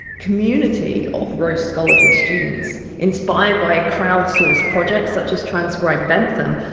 community of rose scholars and students inspired by a crowdsource project such as transcribe bentham.